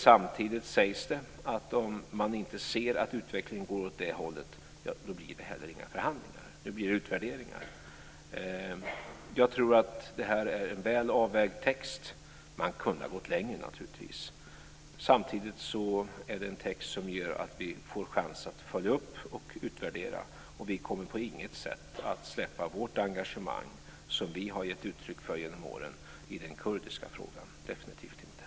Samtidigt sägs det att om man inte ser att utvecklingen går åt det hållet, då blir det inte heller några förhandlingar. Det blir utvärderingar. Jag tror att detta är en väl avvägd text. Man kunde naturligtvis ha gått längre. Samtidigt är det en text som gör att vi får chans att följa upp och utvärdera, och vi kommer på inget sätt att släppa vårt engagemang som vi har gett uttryck för genom åren i den kurdiska frågan - definitivt inte.